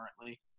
currently